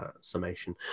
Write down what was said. summation